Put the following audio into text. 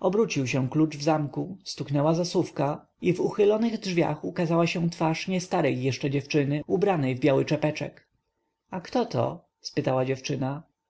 obrócił się klucz w zamku stuknęła zasówka i w uchylonych drzwiach ukazała się twarz niestarej jeszcze dziewczyny ubranej w biały czepeczek a ktoto spytała dziewczyna